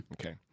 Okay